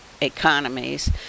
economies